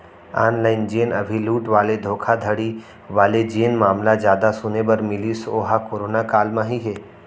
online जेन अभी लूट वाले धोखाघड़ी वाले जेन मामला जादा सुने बर मिलिस ओहा करोना काल म ही हे